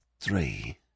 Three